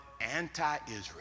anti-Israel